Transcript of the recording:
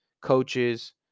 coaches